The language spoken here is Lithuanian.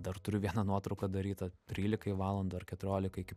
dar turiu vieną nuotrauką darytą trylikai valandų ar keturiolikai iki